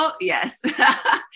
Yes